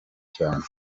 cyane